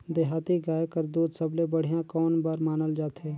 देहाती गाय कर दूध सबले बढ़िया कौन बर मानल जाथे?